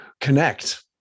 connect